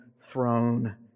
throne